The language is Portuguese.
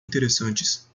interessantes